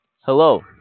Hello